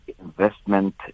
investment